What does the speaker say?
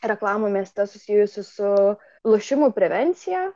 reklamų mieste susijusių su lošimų prevencija